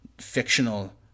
fictional